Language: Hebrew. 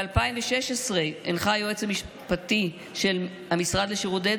ב-2016 הנחה היועץ המשפטי של המשרד לשירותי